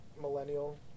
millennial